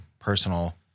Personal